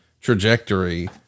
trajectory